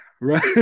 right